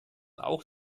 auch